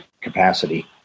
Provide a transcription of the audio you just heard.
capacity